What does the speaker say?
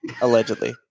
Allegedly